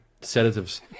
sedatives